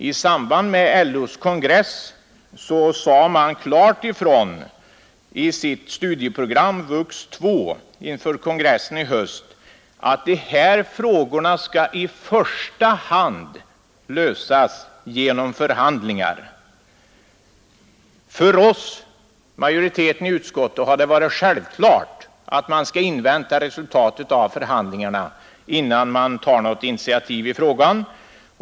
I samband med LO:s kongress i höst sade man klart ifrån i sitt studieprogram, LO Vux 2, att dessa frågor i första hand skulle lösas genom förhandlingar. För oss, majoriteten i utskottet, har det varit självklart att man skall invänta resultatet av förhandlingarna innan man tar något initiativ i frågan.